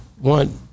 One